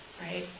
right